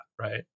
right